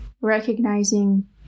recognizing